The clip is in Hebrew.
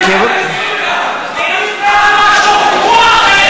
מקומך בסוריה, נתניהו אחראי,